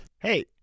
Hey